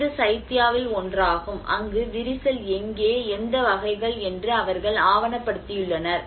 இது சைத்யாவில் ஒன்றாகும் அங்கு விரிசல் எங்கே எந்த வகைகள் என்று அவர்கள் ஆவணப்படுத்தியுள்ளனர்